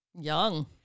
young